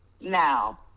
now